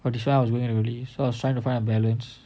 !wah! this [one] I was going early so I was trying to find a balance